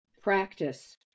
Practice